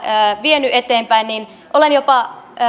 vienyt eteenpäin niin olen jopa